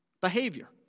behavior